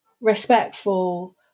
respectful